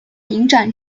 影展